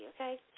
okay